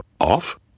off